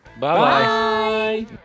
Bye